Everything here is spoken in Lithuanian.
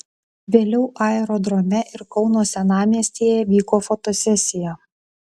vėliau aerodrome ir kauno senamiestyje vyko fotosesija